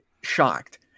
shocked